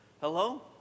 Hello